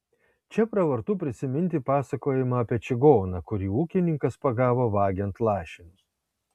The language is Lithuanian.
čia pravartu prisiminti pasakojimą apie čigoną kurį ūkininkas pagavo vagiant lašinius